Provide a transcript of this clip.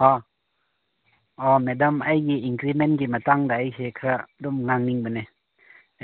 ꯍꯥ ꯃꯦꯗꯥꯝ ꯑꯩꯒꯤ ꯏꯟꯀ꯭ꯔꯤꯃꯦꯟꯒꯤ ꯃꯇꯥꯡꯗ ꯑꯩꯁꯦ ꯈꯔ ꯑꯗꯨꯝ ꯉꯥꯡꯅꯤꯡꯕꯅꯦ